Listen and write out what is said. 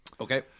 Okay